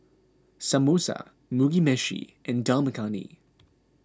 Samosa Mugi Meshi and Dal Makhani